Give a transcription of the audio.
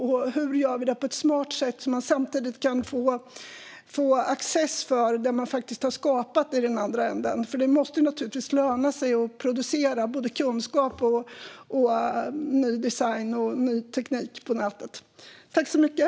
Och hur gör vi detta på ett smart sätt så att man samtidigt kan få access till det man har skapat i den andra änden? Det måste naturligtvis löna sig att producera både kunskap och ny design och teknik på nätet.